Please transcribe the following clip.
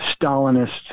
Stalinist